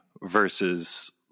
versus